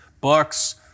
books